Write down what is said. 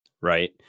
right